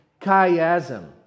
chiasm